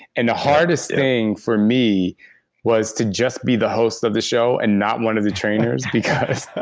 and the hardest thing for me was to just be the host of the show and not one of the trainers. because